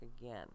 again